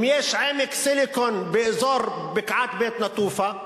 אם יש "עמק סיליקון" באזור בקעת בית-נטופה,